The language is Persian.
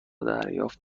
دریافت